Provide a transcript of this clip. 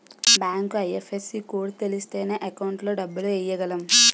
bank IFSC code తెలిస్తేనే account లో డబ్బులు ఎయ్యగలం